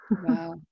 Wow